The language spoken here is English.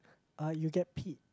uh you get paid